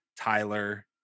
Tyler